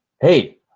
hey